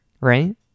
right